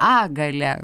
a gale